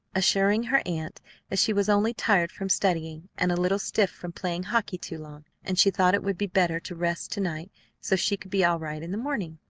assuring her aunt that she was only tired from studying and a little stiff from playing hockey too long, and she thought it would be better to rest to-night so she could be all right in the morning.